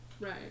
Right